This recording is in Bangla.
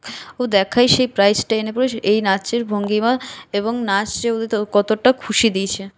ও দেখায় সেই প্রাইজটা এনে এই নাচের ভঙ্গিমা এবং নাচ যে ওদেরকে কতটা খুশি দিয়েছে